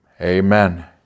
amen